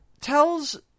tells